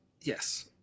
Yes